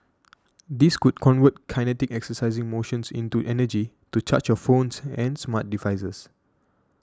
these could convert kinetic exercising motions into energy to charge your phones and smart devices